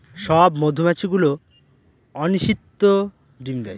সব মধুমাছি গুলো অনিষিক্ত ডিম দেয়